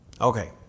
Okay